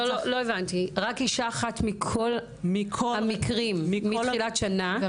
לא הבנתי, רק אישה אחת מכל המקרים מתחילת שנה?